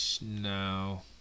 no